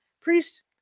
Priest